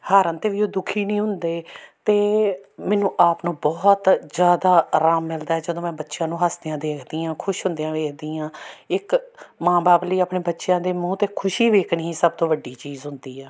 ਹਾਰਨ 'ਤੇ ਵੀ ਉਹ ਦੁਖੀ ਨਹੀਂ ਹੁੰਦੇ ਅਤੇ ਮੈਨੂੰ ਆਪ ਨੂੰ ਬਹੁਤ ਜ਼ਿਆਦਾ ਆਰਾਮ ਮਿਲਦਾ ਜਦੋਂ ਮੈਂ ਬੱਚਿਆਂ ਨੂੰ ਹੱਸਦਿਆਂ ਦੇਖਦੀ ਹਾਂ ਖੁਸ਼ ਹੁੰਦਿਆਂ ਦੇਖਦੀ ਹਾਂ ਇੱਕ ਮਾਂ ਬਾਪ ਲਈ ਆਪਣੇ ਬੱਚਿਆਂ ਦੇ ਮੂੰਹ 'ਤੇ ਖੁਸ਼ੀ ਦੇਖਣੀ ਹੀ ਸਭ ਤੋਂ ਵੱਡੀ ਚੀਜ਼ ਹੁੰਦੀ ਆ